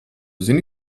zini